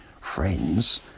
friends